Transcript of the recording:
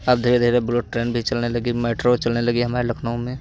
अब धीरे धीरे बुलेट ट्रेन भी चलने लगी मेट्रो चलने लगी हमारे लखनऊ में